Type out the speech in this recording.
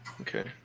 Okay